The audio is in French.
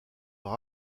leur